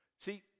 See